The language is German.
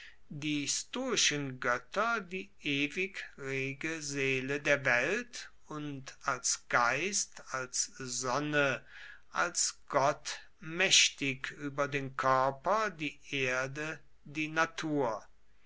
die stoischen götter die ewig rege seele der welt und als geist als sonne als gott mächtig über den körper die erde die natur